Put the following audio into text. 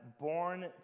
born